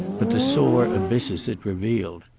but the sore abysses it revealed.